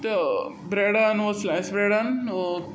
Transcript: ब्रँडान वा स्लायस ब्रँडान